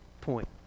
point